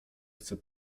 chce